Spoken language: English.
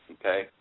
okay